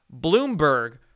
Bloomberg